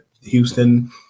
Houston